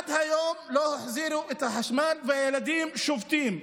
עד היום לא החזירו את החשמל, והילדים שובתים.